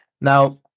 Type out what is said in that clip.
Now